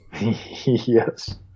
Yes